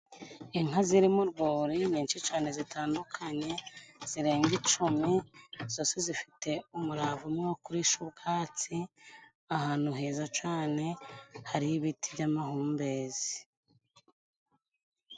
Inka ziri murwuri nyinshi cyane zitandukanye zirenga icumi zose zifite umurava umwe wo kurisha ubwatsi ahantu heza cane hari ibiti by'amahumbezi.